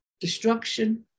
destruction